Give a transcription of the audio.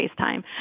FaceTime